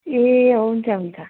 ए हुन्छ हुन्छ